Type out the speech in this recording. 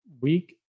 Week